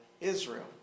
Israel